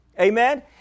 amen